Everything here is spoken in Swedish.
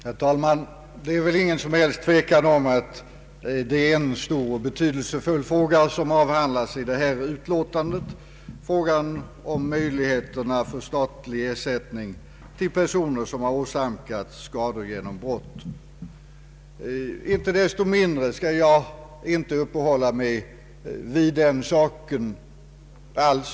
Herr talman! Det är väl ingen som helst tvekan om att en stor och betydelsefull fråga avhandlas i det här utlåtandet, nämligen frågan om möjlig heterna till statlig ersättning åt personer som åsamkats skador genom brott. Icke desto mindre skall jag inte alls uppehålla mig vid den saken.